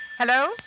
Hello